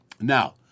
Now